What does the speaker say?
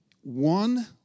one